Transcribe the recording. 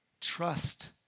trust